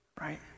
Right